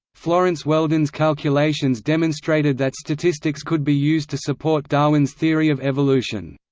florence weldon's calculations demonstrated that statistics could be used to support darwin's theory of evolution.